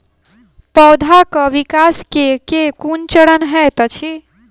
पौधाक विकास केँ केँ कुन चरण हएत अछि?